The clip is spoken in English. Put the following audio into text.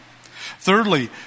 Thirdly